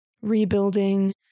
rebuilding